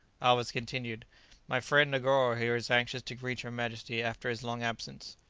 alvez continued my friend negoro here is anxious to greet your majesty after his long absence.